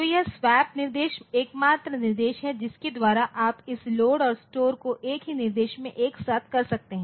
तो यह स्वैप निर्देश एकमात्र निर्देश है जिसके द्वारा आप इस लोड और स्टोर को एक ही निर्देश में एक साथ कर सकते हैं